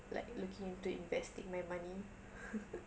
like looking into investing my money